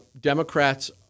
Democrats